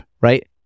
right